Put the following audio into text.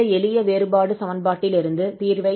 இந்த எளிய வேறுபாடு சமன்பாட்டிலிருந்து தீர்வைப் பெறுவோம்